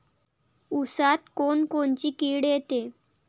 ऊसात कोनकोनची किड येते?